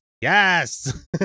yes